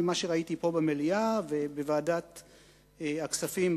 ממה שראיתי פה במליאה ובוועדת הכספים,